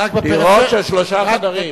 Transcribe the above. דירות של שלושה חדרים.